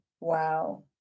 Wow